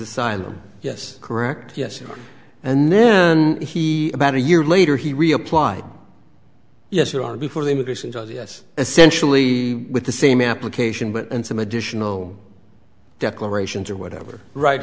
asylum yes correct yes and then he about a year later he reapply yes you are before the immigration judge yes essentially with the same application but and some additional declarations or whatever right